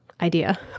idea